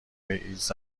ایدز